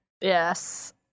Yes